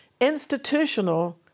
institutional